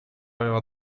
aveva